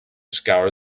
scour